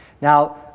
Now